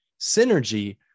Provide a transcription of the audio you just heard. synergy